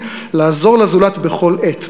לעזור לזולת בכל עת.